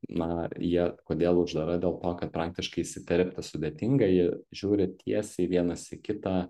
na jie kodėl uždara dėl to kad praktiškai įsiterpti sudėtinga jie žiūri tiesiai vienas į kitą